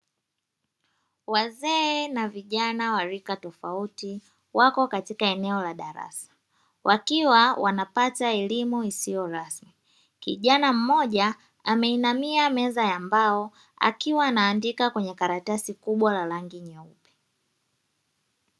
Wazee na vijana wa rika tofauti wako katika eneo la darasa wakiwa wanapata elimu isiyo rasmi. Kijana mmoja ameinamia meza ya mbao akiwa anaandika kwenye karatasi kubwa la rangi nyeupe.